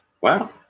wow